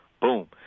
boom